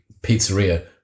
pizzeria